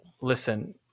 Listen